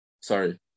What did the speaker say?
Sorry